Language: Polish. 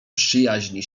przyjaźni